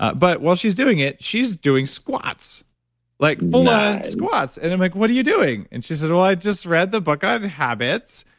but while she's doing it, she's doing squats like full-on squats and i'm like, what are you doing? and she said, well, i just read the book of habits,